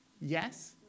Yes